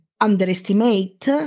underestimate